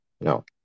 No